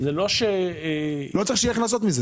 אני בא לומר שלא צריך שיהיו הכנסות מזה.